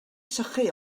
sychu